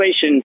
situation